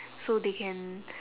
so they can